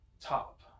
top